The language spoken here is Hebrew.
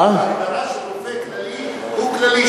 ההגדרה של רופא כללי, הוא כללי.